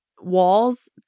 walls